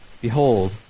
Behold